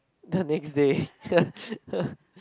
the next day